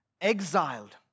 exiled